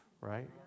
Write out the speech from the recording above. right